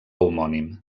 homònim